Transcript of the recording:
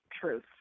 truth